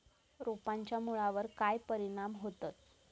रोपांच्या मुळावर काय परिणाम होतत?